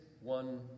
one